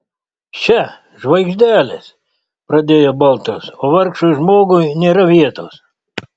še žvaigždelės pradėjo baltrus o vargšui žmogui nėra vietos